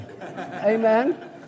Amen